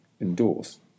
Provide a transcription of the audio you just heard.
endorse